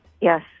Yes